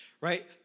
Right